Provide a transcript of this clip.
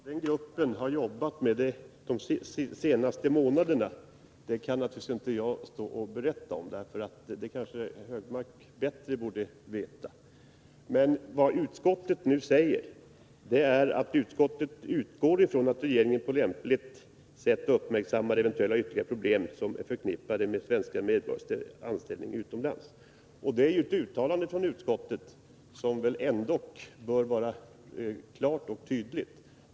Herr talman! Vad den grupp det här gäller arbetat med under de senaste månaderna kan jag naturligtvis inte berätta om, därför att det borde kanske Anders Högmark veta bättre. Men vad utskottet nu säger är att utskottet utgår ifrån att regeringen på lämpligt sätt uppmärksammar eventuella ytterligare problem som är förknippade med svenska medborgares anställning utomlands. Det är ett uttalande från utskottet som väl ändå bör vara klart och tydligt.